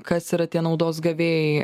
kas yra tie naudos gavėjai